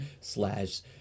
slash